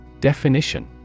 Definition